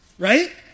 Right